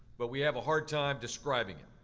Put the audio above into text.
but we have a hard time describing it.